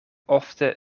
ofte